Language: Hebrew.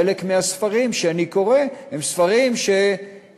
חלק מהספרים שאני קורא הם ספרים שהתפרסמו,